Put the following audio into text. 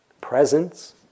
presence